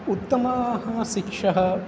उत्तमा शिक्षा